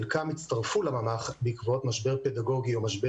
חלקם הצטרפו לממ"ח בעקבות משבר פדגוגי או משבר